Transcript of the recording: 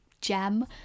gem